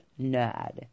nerd